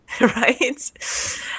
right